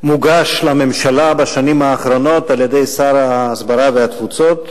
מוגש לממשלה בשנים האחרונות על-ידי שר ההסברה והתפוצות.